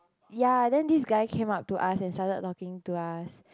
ya then this guy came up to us and started talking to us